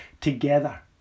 together